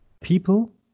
People